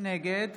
נגד